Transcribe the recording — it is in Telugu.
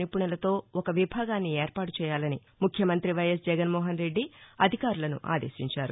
నిపుణులతో ఒక విభాగాన్ని ఏర్పాటు చేయాలని ముఖ్యమంతి వైఎస్ జగన్మోహన్రెద్ది అధికారులను ఆదేశించారు